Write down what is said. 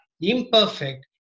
imperfect